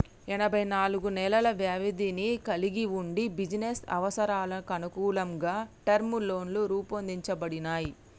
ఎనబై నాలుగు నెలల వ్యవధిని కలిగి వుండి బిజినెస్ అవసరాలకనుగుణంగా టర్మ్ లోన్లు రూపొందించబడినయ్